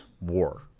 war